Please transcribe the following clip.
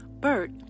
Bert